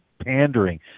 pandering